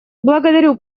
благодарю